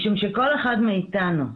משום שכל אחד מאתנו,